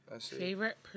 Favorite